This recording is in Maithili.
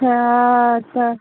तऽ